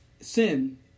Sin